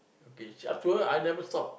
K it's up to her I never stop